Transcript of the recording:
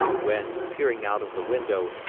when, peering out of the window,